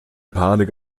panik